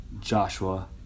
Joshua